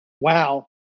Wow